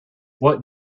what